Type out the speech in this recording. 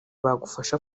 bagufasha